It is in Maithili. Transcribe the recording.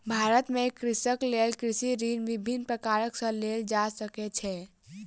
भारत में कृषकक लेल कृषि ऋण विभिन्न प्रकार सॅ लेल जा सकै छै